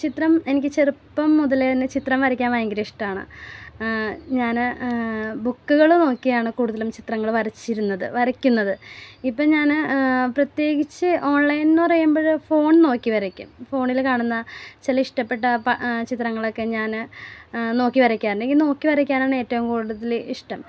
ചിത്രം എനിക്ക് ചെറുപ്പം മുതലേ തന്നെ ചിത്രം വരയ്ക്കാൻ ഭയങ്കര ഇഷ്ടമാണ് ഞാൻ ബുക്ക്കൾ നോക്കിയാണ് കൂടുതലും ചിത്രങ്ങൾ വരച്ചിരുന്നത് വരയ്ക്കുന്നത് ഇപ്പം ഞാൻ പ്രത്യേകിച്ച് ഓൺലൈൻന്ന് പറയുമ്പോൾ ഫോൺ നോക്കി വരയ്ക്കും ഫോണിൽ കാണുന്ന ചില ഇഷ്ടപ്പെട്ട ചിത്രങ്ങളൊക്കെ ഞാൻ നോക്കി വരയ്ക്കാൻ അല്ലെങ്കിൽ നോക്കി വരയ്ക്കാനാണ് ഏറ്റവും കൂടുതൽ ഇഷ്ടം